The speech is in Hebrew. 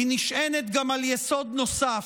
היא נשענת גם על יסוד נוסף: